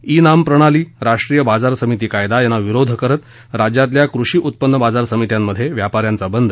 E NAM प्रणाली राष्ट्रीय बाजार समिती कायदा यांना विरोध करत राज्यातल्या कृषी उत्पन्न बाजार समित्यांमधे व्यापाऱ्यांचा बंद